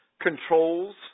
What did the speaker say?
controls